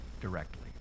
directly